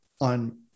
on –